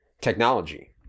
technology